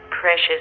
precious